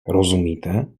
rozumíte